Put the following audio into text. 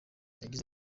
yagize